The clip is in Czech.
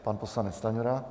Pan poslanec Stanjura.